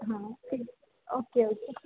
हा ठीक okay okay